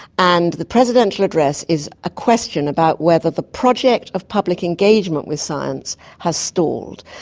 and the presidential address is a question about whether the project of public engagement with science has stalled.